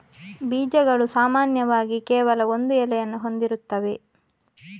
ಬೀಜಗಳು ಸಾಮಾನ್ಯವಾಗಿ ಕೇವಲ ಒಂದು ಎಲೆಯನ್ನು ಹೊಂದಿರುತ್ತವೆ